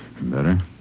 Better